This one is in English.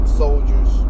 soldiers